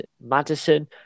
Madison